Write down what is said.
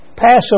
Passover